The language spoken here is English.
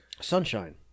Sunshine